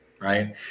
Right